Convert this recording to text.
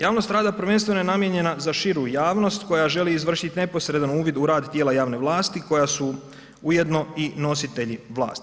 Javnost rada prvenstveno je namijenjena za širu javnost koja želi izvršiti neposredan uvid u rad tijela javne vlasti koja su ujedno i nositelji vlasti.